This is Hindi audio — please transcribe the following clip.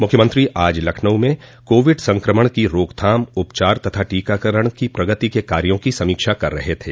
मुख्यमंत्री आज लखनऊ में कोविड संकमण की रोकथाम उपचार तथा टीकाकरण की प्रगति के कार्यो की समीक्षा कर रहे थे